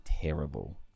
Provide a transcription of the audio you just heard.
terrible